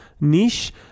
niche